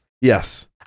Yes